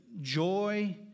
Joy